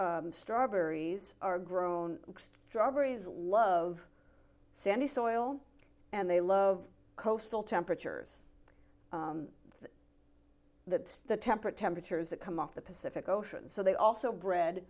r star berries are grown extra berries love sandy soil and they love coastal temperatures that the temperate temperatures that come off the pacific ocean so they also bred